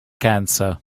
cancer